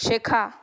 শেখা